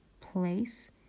place